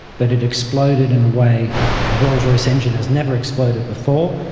but it exploded in a way a rolls-royce engine has never exploded before.